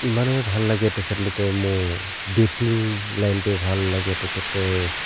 ইমানেই ভাল লাগে তেখেতলোকৰ মোৰ বেটিং লাইনটো ভাল লাগে তেখেতৰ